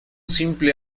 simple